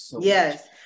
Yes